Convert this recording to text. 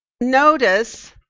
notice